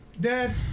Dad